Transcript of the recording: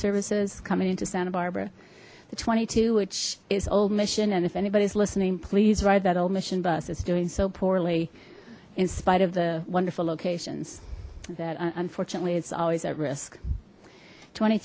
services coming into santa barbara the twenty two which is old mission and if anybody is listening please write that old mission bus it's doing so poorly in spite of the wonderful locations that unfortunately it's always at risk twenty